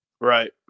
Right